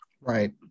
Right